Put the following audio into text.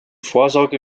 vorsorge